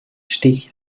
stich